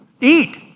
eat